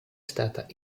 stata